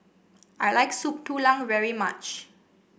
I like Soup Tulang very much